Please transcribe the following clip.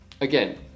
again